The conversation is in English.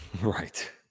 Right